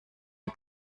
die